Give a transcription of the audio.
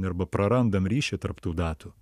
arba prarandam ryšį tarp tų datų